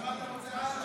אז מה אתה רוצה עכשיו?